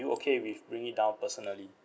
you okay with bringing it down personally